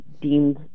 deemed